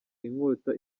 inkota